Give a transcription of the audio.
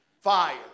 Fire